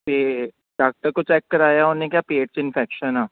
ਅਤੇ ਡਾਕਟਰ ਕੋਲ ਚੈੱਕ ਕਰਵਾਇਆ ਉਹਨੇ ਕਿਹਾ ਪੇਟ 'ਚ ਇਨਫੈਕਸ਼ਨ ਆ